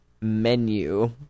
menu